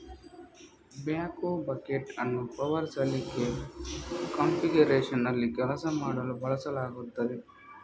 backhoe bucket ಅನ್ನು power ಸಲಿಕೆ ಕಾನ್ಫಿಗರೇಶನ್ನಲ್ಲಿ ಕೆಲಸ ಮಾಡಲು ಬಳಸಲಾಗುತ್ತದೆ